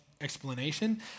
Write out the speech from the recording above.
explanation